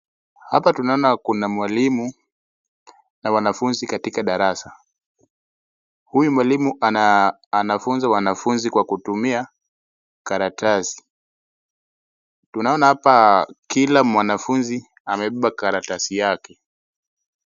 Hapa tunaona kuna mwalimu na wanafunzi katika darasa. Huyu mwalimu anafunza wanafunzi kwa kutumia karatasi. Tunaona hapa kila mwanafunzi amebeba karatasi yake.